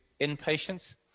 inpatients